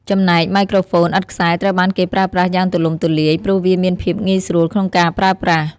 ចំណែក ម៉ៃក្រូហ្វូនឥតខ្សែត្រូវបានគេប្រើប្រាស់យ៉ាងទូលំទូលាយ ព្រោះវាមានភាពងាយស្រួលក្នុងការប្រើប្រាស់។